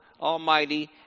Almighty